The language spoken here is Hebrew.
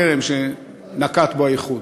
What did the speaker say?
חרם שנקט האיחוד.